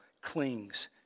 clings